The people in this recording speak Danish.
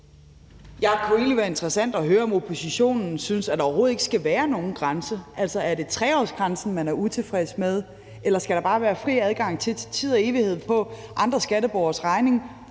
Det kunne egentlig være interessant at høre, om oppositionen synes, at der overhovedet ikke skal være nogen grænse. Er det 3-årsgrænsen, man er utilfreds med, eller skal der bare være fri adgang til tid og evighed for andre skatteborgeres regning